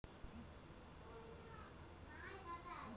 call সংস্থায় বা lease ভাবে হিসাবরক্ষলের কামে ক্যরে